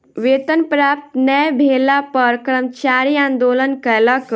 वेतन प्राप्त नै भेला पर कर्मचारी आंदोलन कयलक